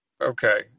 Okay